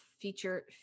feature